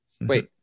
Wait